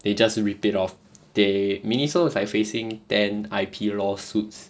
they just ripped it off they miniso is like facing ten I_P lawsuits